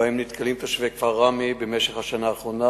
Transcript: שבהם נתקלים תושבי הכפר ראמה במשך השנה האחרונה,